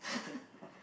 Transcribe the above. okay okay